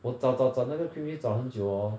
我找找找那个 cream cheese 找很久 hor